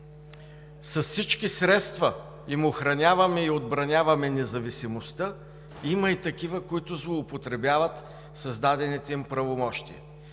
с всички средства им охраняваме и отбраняваме независимостта, има и такива, които злоупотребяват с дадените им правомощия.